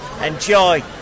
enjoy